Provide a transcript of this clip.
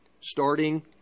starting